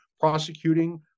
prosecuting